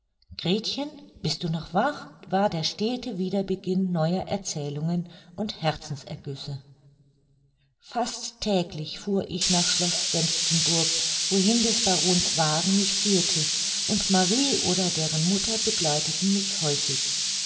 gretchen bist du noch wach war der stete wiederbeginn neuer erzählungen und herzensergüsse fast täglich fuhr ich nach schloß senftenburg wohin des barons wagen mich führte und marie oder deren mutter begleiteten mich häufig